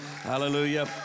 Hallelujah